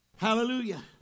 Hallelujah